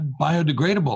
biodegradable